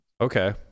Okay